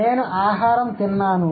నేను ఆహారం తిన్నాను